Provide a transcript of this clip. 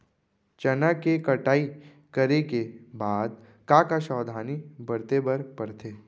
चना के कटाई करे के बाद का का सावधानी बरते बर परथे?